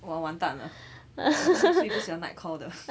!wow! 完蛋了你不是最不喜欢 night call 的